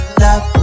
love